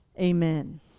Amen